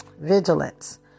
Vigilance